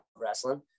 wrestling